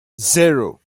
zero